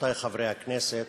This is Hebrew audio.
רבותי חברי הכנסת,